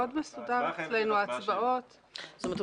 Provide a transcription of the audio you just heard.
זאת אומרת,